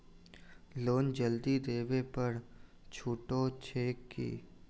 Loan जल्दी देबै पर छुटो छैक की?